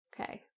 Okay